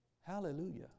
Hallelujah